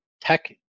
tech